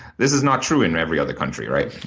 this is not true in every other country, right.